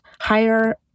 higher